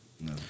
No